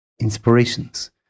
inspirations